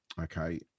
okay